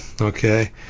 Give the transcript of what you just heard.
Okay